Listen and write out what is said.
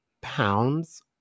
pounds